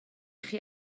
chi